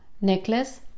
necklace